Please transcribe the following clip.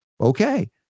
Okay